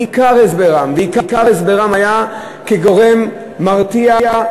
עיקר הסברם היה שזה גורם מרתיע,